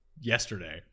yesterday